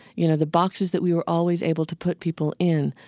you know, the boxes that we were always able to put people in